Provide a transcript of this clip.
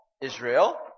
Israel